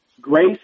Grace